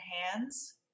hands